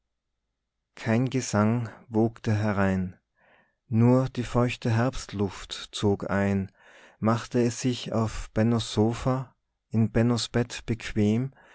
kein gesang wogte herein nur die feuchte herbstluft zog ein machte es sich auf bennos sofa in bennos bett bequem